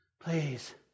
please